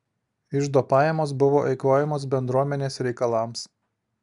iždo pajamos buvo eikvojamos bendruomenės reikalams